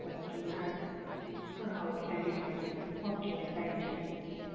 ஓகேங்க ஆ ஓகே கண்டிப்பாங்க ஓகேங்க தேங்க் யூ